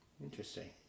Interesting